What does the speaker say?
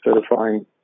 certifying